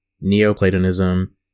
Neoplatonism